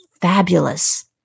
fabulous